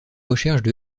recherches